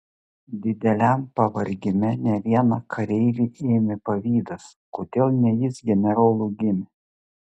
dideliam pavargime ne vieną kareivį ėmė pavydas kodėl ne jis generolu gimė